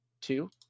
two